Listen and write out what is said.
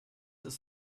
ist